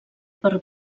per